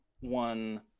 one